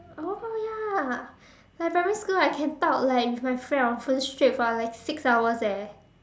oh ya like primary school I can talk like with my friend on phone straight for like six hours eh